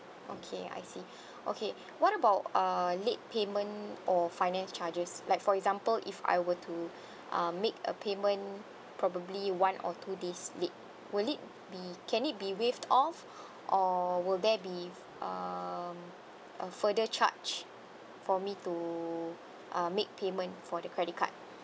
okay I see okay what about uh late payment or finance charges like for example if I were to uh make a payment probably one or two days late will it be can it be waived off or will there be um uh further charge for me to uh make payment for the credit card